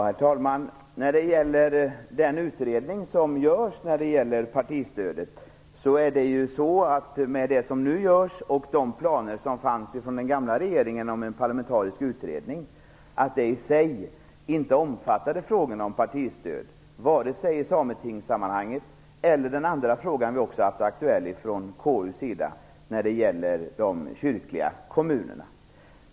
Herr talman! De planer som fanns från den gamla regeringen om en parlamentarisk utredning omfattade inte frågan om partistöd, vare sig i sametingssammanhang eller när det gäller de kyrkliga kommunerna, den andra fråga vi har haft aktuell i KU-sammanhang.